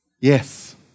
Yes